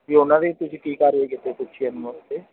ਕਿ ਉਹਨਾਂ ਦੇ ਤੁਸੀਂ ਕੀ ਕਾਰਵਾਈ ਕੀਤੀ